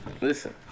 Listen